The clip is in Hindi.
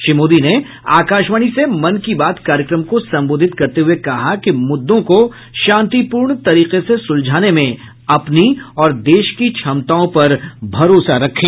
श्री मोदी ने आकाशवाणी से मन की बात कार्यक्रम को संबोधित करते हुए कहा कि मुद्दों को शांतिपूर्ण तरीके से सुलझाने में अपनी और देश की क्षमताओं पर भरोसा रखें